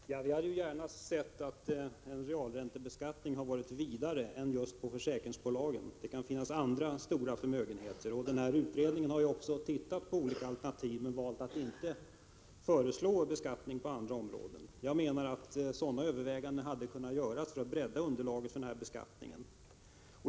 Fru talman! Vi hade gärna sett att en realräntebeskattning hade gjorts vidare och inte bara gällt försäkringsbolagen; det kan finnas andra stora förmögenheter som kan realräntebeskattas. Utredningen har ju också undersökt olika alternativ men valt att inte föreslå beskattning på andra områden. Jag menar att sådana överväganden hade kunnat göras för att bredda underlaget för realräntebeskattningen.